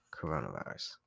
coronavirus